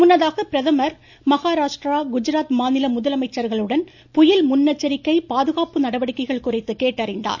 முன்னதாக பிரதமர் மகராஷ்டிர குஜராத் மாநில முதலமைச்சர்களுடன் புயல் முன்னெச்சரிக்கை பாதுகாப்பு நடவடிக்கைகள் குறித்து கேட்டறிந்தார்